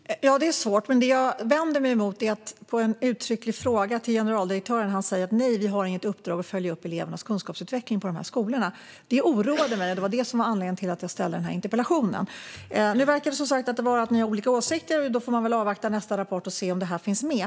Herr talman! Ja, det är svårt. Men det jag vänder mig emot är att generaldirektören på en uttrycklig fråga säger: Nej, vi har inget uppdrag att följa upp elevernas kunskapsutveckling på de här skolorna. Detta oroade mig, och det var anledningen till att jag ställde denna interpellation. Nu verkar det som sagt vara så att ni har olika åsikter, och då får man avvakta nästa rapport och se om detta finns med.